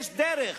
יש דרך,